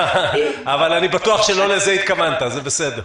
אבל אני בטוח שלא לזה התכוונת, בסדר.